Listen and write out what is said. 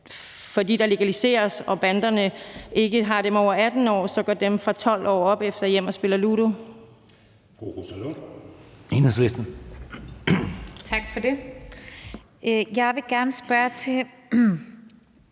fordi der legaliseres og banderne ikke har adgang til dem over 18 år, så går dem fra 12 år og opefter hjem og spiller ludo?